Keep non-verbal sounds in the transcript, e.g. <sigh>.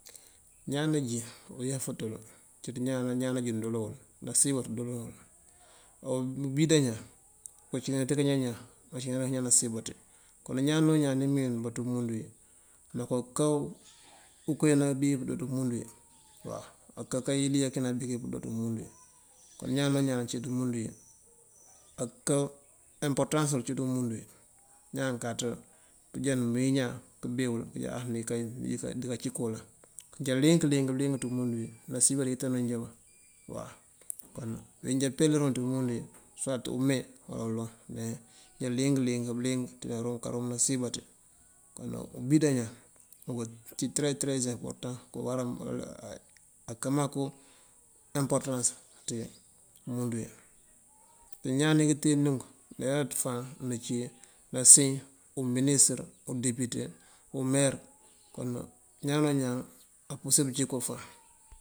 Ñáanajin uyefënţul ciţ ñáan-ñáanajin dooluŋ wul, nasiëmbaţi dooluŋ wul, oobida ñáan ciţ di kañan ñáan acinadi kañan nasiëmbaţ, kon ñáan-ñáan niwinëwiba ti umundu wi nakoka uko winabiwi pëdo ţi umundu wi, wah aka kayëlia ki nabiki pëbido ţi umundu kon wiñáano ñáan nacidi umundu wi, aka imporëtansul acidi umundu wi, ñáan káaţ pëja mëwin ñáan këbewul këja aah ni kay dika ci kolaŋ, njalinkëling ţi umundu wi nasiëmbaţi yetani nja wuŋ wa, wi nja pelërën wuŋ ţi umundu wi suwaţ ume wala uloŋ me njalingëkëling bëliëng di karum nasiëmbaţi koŋ ubida ñáan, aci teree teree imporëtan <hesitation> akamak ko imporëtans ţi umundu wi ñáan nikëtenunk mberaţ faan nëci nasiën, um uminis, udepute, umeer kon ñáano-ñáan apurësir pëciko faan.